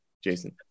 Jason